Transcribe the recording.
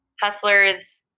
Hustlers